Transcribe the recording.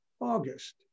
August